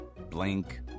Blink